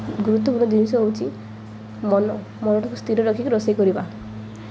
ଗୁରୁତ୍ୱପୂର୍ଣ୍ଣ ଜିନିଷ ହେଉଛି ମନ ମନଟାକୁ ସ୍ଥିର ରଖିକି ରୋଷେଇ କରିବା